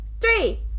three